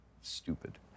stupid